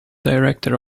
director